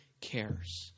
cares